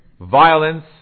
violence